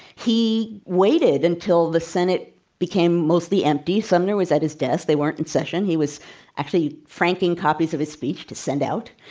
he waited until the senate became mostly empty. sumner was at his desk. they weren't in session. he was actually franking copies of his speech to send out.